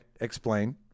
explain